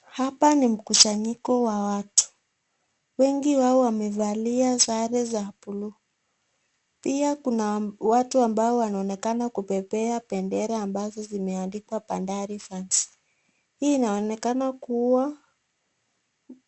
Hapa ni mkusanyiko wa watu. Wengi wao wamevalia sare za bluu, pia kuna watu ambao wanaonekana kupepea bendera ambazo zimeandikwa Bandari fans . Hii inaonekana kuwa